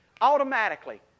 Automatically